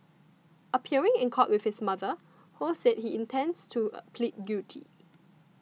appearing in court with his mother Ho said he intends to plead guilty